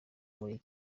muri